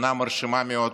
הפגנה מרשימה מאוד.